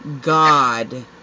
God